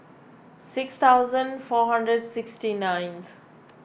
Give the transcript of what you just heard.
six thousand four hundred sixty ninth